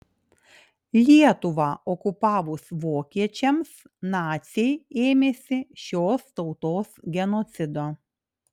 lietuvą okupavus vokiečiams naciai ėmėsi šios tautos genocido